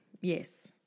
yes